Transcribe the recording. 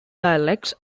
dialects